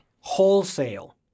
wholesale